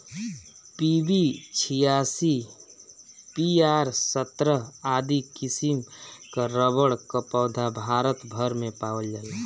PB छियासी, P R सत्रह आदि किसिम कअ रबड़ कअ पौधा भारत भर में पावल जाला